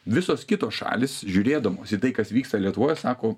visos kitos šalys žiūrėdamos į tai kas vyksta lietuvoje sako